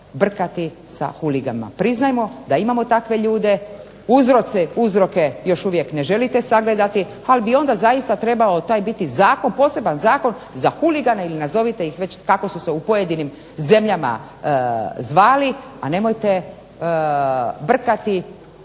brkati sa huliganima. Priznajmo da imamo takve ljude. Uzroke još uvijek ne želite sagledati, ali bi onda zaista trebao taj biti zakon, poseban zakon za huligane ili nazovite ih već kako su se u pojedinim zemljama zvali, a nemojte brkati